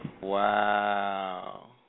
Wow